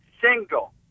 single